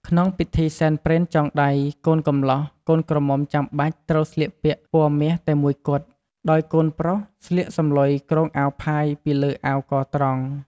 ក្នុងពិធីសែនព្រេនចងដៃ កូនកំលោះ កូនក្រមុំចាំបាច់ត្រូវស្លៀកពាក់ពណ៌មាសតែមួយគត់ ដោយកូនប្រុសស្លៀកសំឡុយគ្រង អាវផាយពីលើអាវកត្រង់។